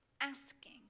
asking